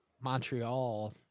Montreal